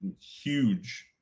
huge